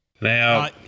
Now